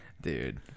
dude